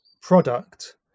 product